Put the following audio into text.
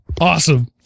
awesome